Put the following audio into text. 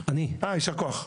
יישר כוח.